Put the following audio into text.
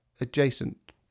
adjacent